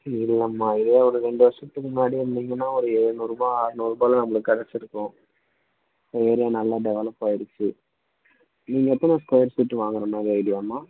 இல்லைம்மா இதே ஒரு ரெண்டு வருஷத்துக்கு முன்னாடியே வந்திங்கன்னால் ஒரு எழுநூறுரூபா ஆற்நூறுரூபால்ல நம்மளுக்கு கிடச்சிருக்கும் ஏரியா நல்லா டெவலப் ஆகிருடுச்சி நீங்கள் எத்தனை ஸ்கொயர் ஃபீட்டு வாங்கிற மாதிரி ஐடியாம்மா